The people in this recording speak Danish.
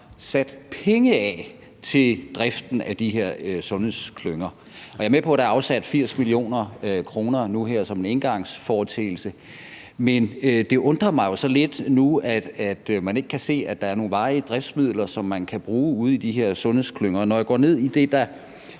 sat penge af til driften af de her sundhedsklynger. Jeg er med på, at der er afsat 80 mio. kr. nu her som en engangsforeteelse, men det undrer mig jo så lidt nu, at vi ikke kan se, at der er nogle varige driftsmidler, som man kan bruge ude i de her sundhedsklynger. Når jeg går ned i det, der